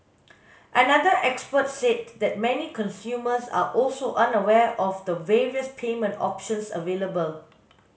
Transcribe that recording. another expert said that many consumers are also unaware of the various payment options available